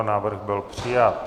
Návrh byl přijat.